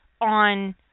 on